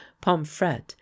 Pomfret